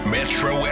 Metro